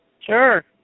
Sure